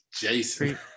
jason